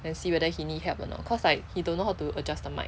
then see whether he need help or not cause like he don't know how to adjust the mic